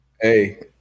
Hey